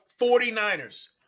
49ers